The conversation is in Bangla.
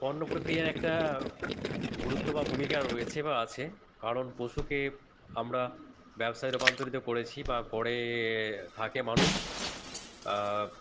পণ্য প্রক্রিয়ার একটা গুরুত্ব বা ভূমিকা রয়েছে বা আছে কারণ পশুকে আমরা ব্যবসায় রূপান্তরিত করেছি বা করে থাকে মানুষ